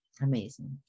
Amazing